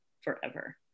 forever